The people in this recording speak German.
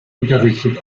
unterrichtet